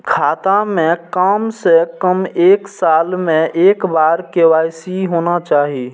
खाता में काम से कम एक साल में एक बार के.वाई.सी होना चाहि?